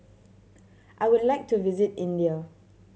I would like to visit India